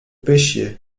pêchiez